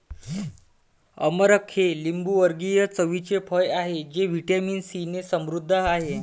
अमरख हे लिंबूवर्गीय चवीचे फळ आहे जे व्हिटॅमिन सीने समृद्ध आहे